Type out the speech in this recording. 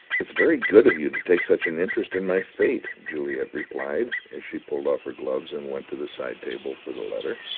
it's very good of you to take such an interest in my fate, juliet replied, as she pulled off her gloves and went to the side-table for the letter.